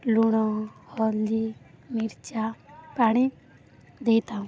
ଲୁଣ ହଳଦୀ ମିର୍ଚା ପାଣି ଦେଇଥାଉ